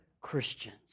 Christians